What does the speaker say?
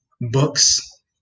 books